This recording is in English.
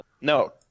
No